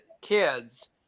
kids